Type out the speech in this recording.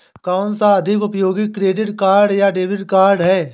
कौनसा अधिक उपयोगी क्रेडिट कार्ड या डेबिट कार्ड है?